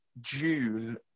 june